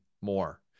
more